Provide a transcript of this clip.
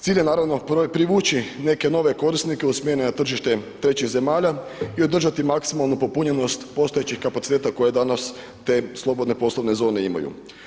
Cilj je naravno privući neke nove korisnike usmjereni na tržište trećih zemalja i održati maksimalnu popunjenost postojećih kapaciteta koje danas te slobodne poslovne zone imaju.